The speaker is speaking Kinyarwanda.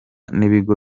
n’ibigo